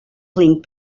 fleeing